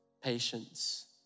patience